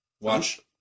watch